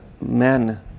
Men